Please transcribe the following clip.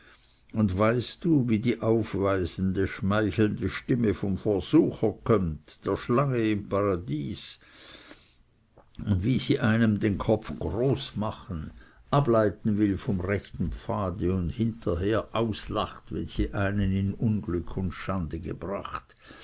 und weißt du wie die aufweisende schmeichelnde stimme vom versucher kömmt der schlange im paradiese und wie sie einem den kopf groß machen ableiten will vom rechten pfade und hinterher auslachet wenn sie einen in unglück und schande gebracht